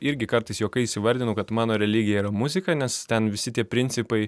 irgi kartais juokais įvardinu kad mano religija yra muzika nes ten visi tie principai